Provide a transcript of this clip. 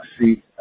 see